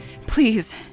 please